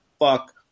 fuck